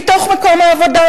מתוך מקום העבודה,